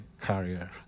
career